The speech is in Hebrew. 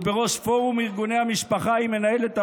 ובראש פורום ארגוני המשפחה היא מנהלת את